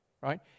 right